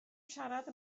siarad